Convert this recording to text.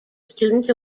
student